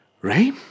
Ray